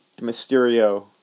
Mysterio